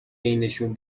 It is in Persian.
بینشون